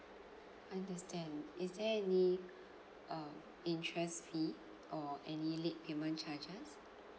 understand is there any um interest fee or any late payment charges